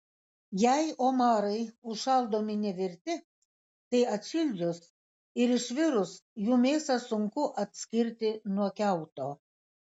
jei omarai užšaldomi nevirti tai atšildžius ir išvirus jų mėsą sunku atskirti nuo kiauto